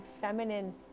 feminine